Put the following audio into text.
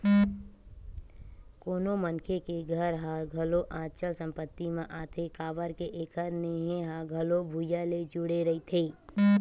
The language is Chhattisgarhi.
कोनो मनखे के घर ह घलो अचल संपत्ति म आथे काबर के एखर नेहे ह घलो भुइँया ले जुड़े रहिथे